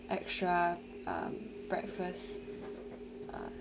extra um breakfast uh